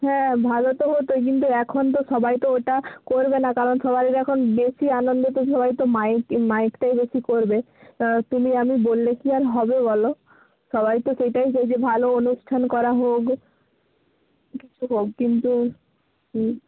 হ্যাঁ ভালো তো হতো কিন্তু এখন তো সবাই তো ওটা করবে না কারণ সবাইয়ের এখন বেশি আনন্দ তো সবাই তো মাইক মাইকটাই বেশি করবে তুমি আমি বললে কি আর হবে বলো সবাই তো সেটাই চেয়েছে ভালো অনুষ্ঠান করা হোক হোক কিন্তু